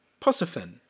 posifin